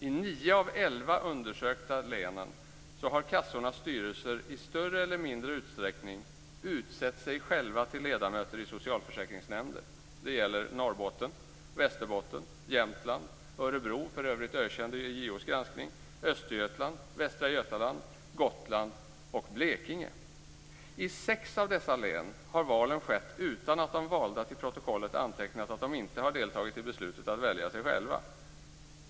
I nio av de elva undersökta länen har kassornas styrelser i större eller mindre utsträckning utsett sig själva till ledamöter i socialförsäkringsnämnder. Det gäller Norrbotten, Västerbotten, Jämtland, Örebro - för övrigt ökänt i JO:s granskning - Östergötland, Västra I sex av dessa län har valen skett utan att de valda till protokollet antecknat att de inte deltagit i beslutet av välja sig själva.